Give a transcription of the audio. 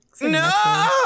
No